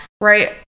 Right